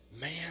Man